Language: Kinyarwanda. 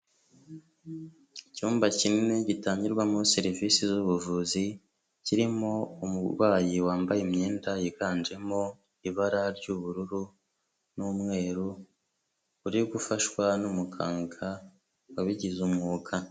Icyumba kinini gitangirwamo serivisi z'ubuvuzi, kirimo umurwayi wambaye imyenda yiganjemo ibara ry'ubururu n'umweru, uri gufashwa n'umuganga wabigize umwuga.